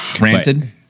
Ranted